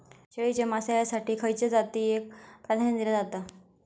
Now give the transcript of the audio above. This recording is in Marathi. शेळीच्या मांसाएसाठी खयच्या जातीएक प्राधान्य दिला जाता?